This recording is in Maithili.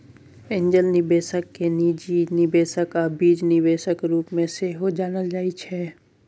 एंजल निबेशक केँ निजी निबेशक आ बीज निबेशक रुप मे सेहो जानल जाइ छै